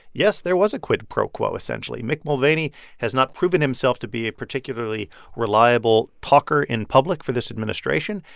yes, there was a quid pro quo, essentially. mick mulvaney has not proven himself to be a particularly reliable talker in public for this administration.